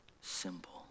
simple